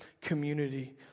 community